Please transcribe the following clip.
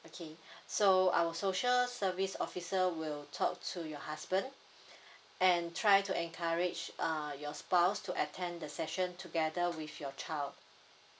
okay so our social service officer will talk to your husband and try to encourage uh your spouse to attend the session together with your child